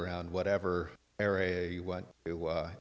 around whatever area you want to